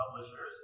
Publishers